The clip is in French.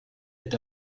est